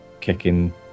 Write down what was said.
kicking